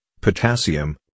potassium